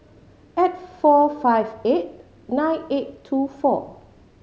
eight four five eight nine eight two four